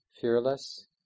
fearless